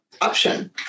option